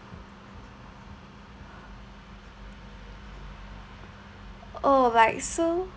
oh right so